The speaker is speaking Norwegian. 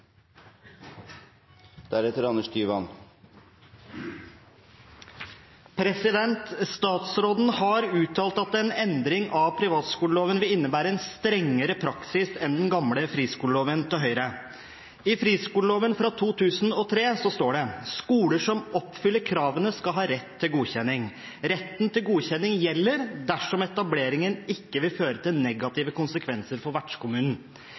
Høyre. I friskoleloven fra 2003 står det at skoler som oppfyller kravene, skal ha rett til godkjenning. Retten til godkjenning gjelder dersom etableringen ikke vil føre til negative konsekvenser for vertskommunen.